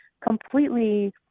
completely